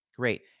great